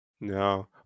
No